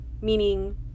meaning